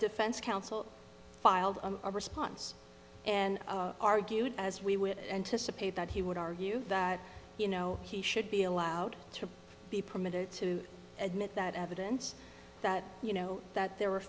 defense counsel filed a response and argued as we would anticipate that he would argue that you know he should be allowed to be permitted to admit that evidence that you know that there were